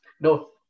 no